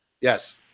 Yes